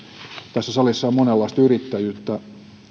tässä salissa on monenlaista yrittäjyyttä